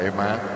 Amen